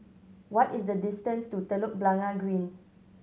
what is the distance to Telok Blangah Green